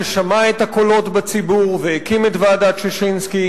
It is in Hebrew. ששמע את הקולות בציבור והקים את ועדת-ששינסקי,